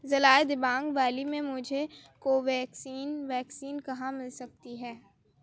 ضلع دیبانگ ویلی میں مجھے کو ویکسین ویکسین کہاں مل سکتی ہے